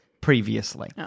previously